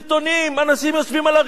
אנשים יושבים על הרצפה,